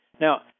Now